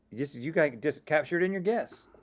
just, you can just capture it in your guess.